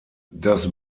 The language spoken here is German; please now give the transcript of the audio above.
das